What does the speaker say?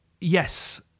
Yes